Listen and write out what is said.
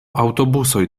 aŭtobusoj